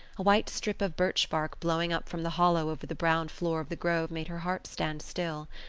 a white strip of birch bark blowing up from the hollow over the brown floor of the grove made her heart stand still.